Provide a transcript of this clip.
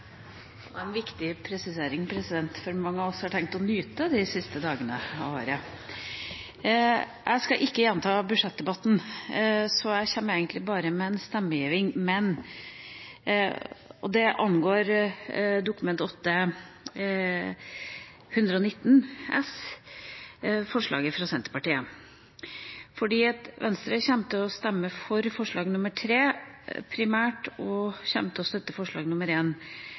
Det var en viktig presisering, for mange av oss har tenkt å nyte de siste dagene av året! Jeg skal ikke gjenta budsjettdebatten, så jeg kommer egentlig bare med en stemmeforklaring som angår Dokument 8:119 S for 2015–2016, representantforslaget fra Senterpartiet. Venstre kommer til å stemme for forslag nr. 3 primært og kommer til å støtte